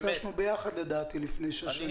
נפגשנו לדעתי לפני שש שנים.